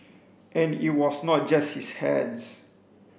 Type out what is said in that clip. and it was not just his hands